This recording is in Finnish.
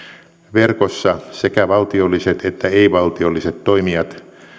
verkossa sekä valtiolliset että ei valtiolliset toimijat